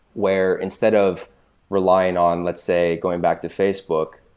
where instead of relying on, let's say, going back to facebook,